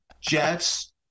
Jets